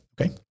okay